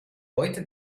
heute